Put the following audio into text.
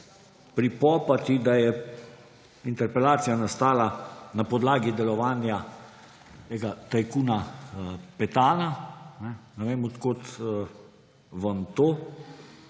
pripopati, da je interpelacija nastala na podlagi delovanja tajkuna Petana. Ne vem, od kod vam to,